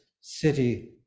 City